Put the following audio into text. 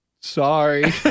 Sorry